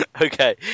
Okay